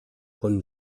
con